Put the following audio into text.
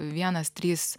vienas trys